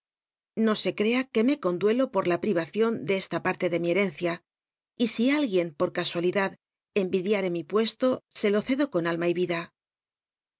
lo se c ca c uc me cotullh'io por la privación de c ta parte de mi herencia y i alguien por ca ual idad enl'idiare mi puesto e lo cedo con alma y ida